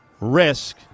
risk